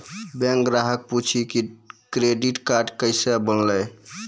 Bank ग्राहक पुछी की क्रेडिट कार्ड केसे बनेल?